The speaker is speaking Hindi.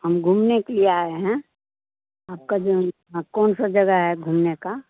हम घूमने के लिए आए हैं आपका जौन हाँ कौनसी जगह है घूमने की